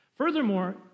Furthermore